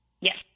Yes